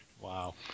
Wow